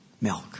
Milk